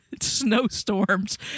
snowstorms